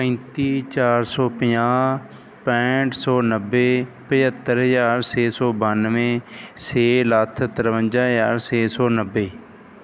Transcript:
ਪੈਂਤੀ ਚਾਰ ਸੌ ਪੰਜਾਹ ਪੈਂਹਠ ਸੌ ਨੱਬੇ ਪੰਝੱਤਰ ਹਜ਼ਾਰ ਛੇ ਸੌ ਬਾਨਵੇਂ ਛੇ ਲੱਖ ਤਰਵੰਜਾ ਹਜ਼ਾਰ ਛੇ ਸੌ ਨੱਬੇ